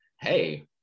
hey